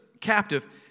captive